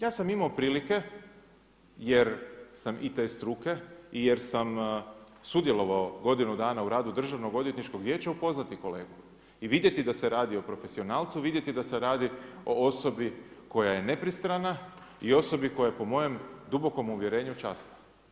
Ja sam imao prilike, jer, sam i te struke i jer sam sudjelovao godinu dana u radu Državnog odvjetničkog vijeća upoznati kolegu i vidjeti da se radi o profesionalcu, vidjeti da se radi o osobi koja je nepristrana i osobi koja je po mojem dubokom uvjerenju časna.